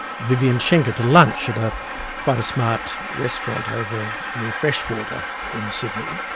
vivian schenker, to lunch at ah quite a smart restaurant over near freshwater in sydney.